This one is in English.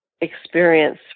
experience